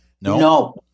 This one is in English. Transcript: No